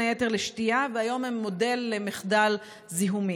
היתר לשתייה והיום הם מודל למחדל זיהומי.